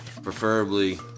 Preferably